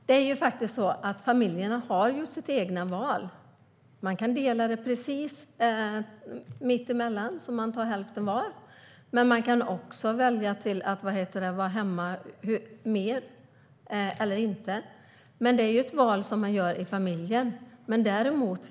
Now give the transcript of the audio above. Herr talman! Familjerna har ju faktiskt ett eget val. Man kan dela tiden precis på mitten så att man tar hälften var. Man kan också välja att en förälder är hemma mer. Det är ett val som man gör i familjen.